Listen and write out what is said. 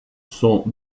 son